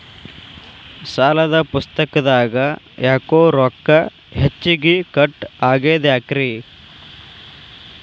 ಸಾಲದ ಪುಸ್ತಕದಾಗ ಯಾಕೊ ರೊಕ್ಕ ಹೆಚ್ಚಿಗಿ ಕಟ್ ಆಗೆದ ಯಾಕ್ರಿ?